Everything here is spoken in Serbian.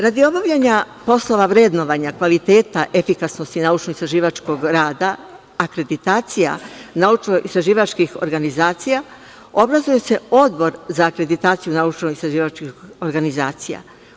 Radi obavljanja poslova vrednovanja kvaliteta efikasnosti naučno-istraživačkog rada, akreditacija naučno-istraživačkih organizacija obrazuje se Odbor za akreditaciju naučno-istraživačkih organizacija.